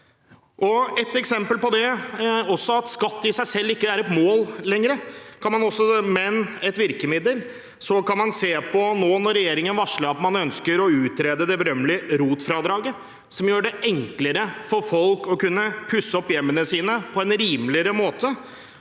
Et eksempel på at skatt i seg selv ikke er et mål lenger, men et virkemiddel, er at regjeringen har varslet at de ønsker å utrede det berømmelige ROT-fradraget, som gjør det enklere for folk å kunne pusse opp hjemmene sine på en rimeligere måte